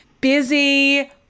busy